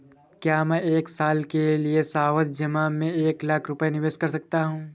क्या मैं एक साल के लिए सावधि जमा में एक लाख रुपये निवेश कर सकता हूँ?